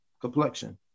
complexion